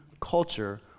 culture